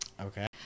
Okay